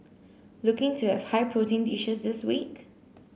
looking to have high protein dishes this week